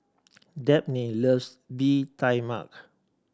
Dabney loves Bee Tai Mak